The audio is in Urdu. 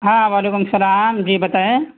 ہاں وعلیکم السلام جی بتائیں